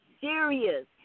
serious